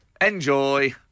Enjoy